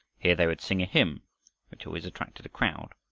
here they would sing a hymn which always attracted a crowd.